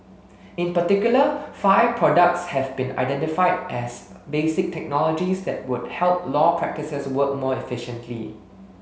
in particular five products have been identified as basic technologies that would help law practices work more efficiently